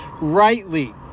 rightly